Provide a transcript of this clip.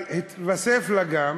אבל התווסף לה גם